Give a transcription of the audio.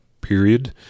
period